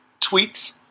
tweets